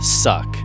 suck